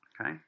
Okay